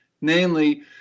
namely